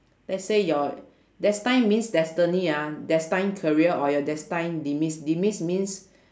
let's say your destined means destiny ah destined career or your destined demise demise means